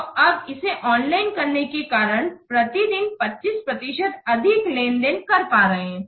तो अब इसे ऑनलाइन करने के कारण प्रति दिन 25 प्रतिशत अधिक लेनदेन कर पा रहे है